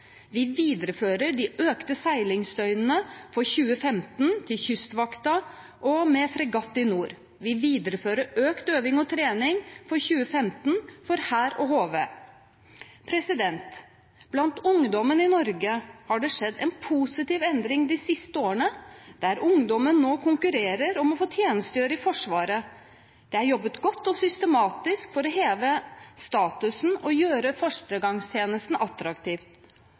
økte antallet seilingsdøgn fra 2015 til Kystvakten, og med fregatt i nord videreføring av økt øving og trening fra 2015 for Hæren og HV Blant ungdommen i Norge har det skjedd en positiv endring de siste årene, der ungdommen nå konkurrerer om å få tjenestegjøre i Forsvaret. Det er jobbet godt og systematisk for å heve statusen og gjøre førstegangstjenesten